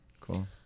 Cool